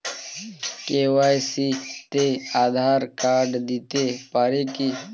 KYC তে Aadhaar card দিতে পারি কি?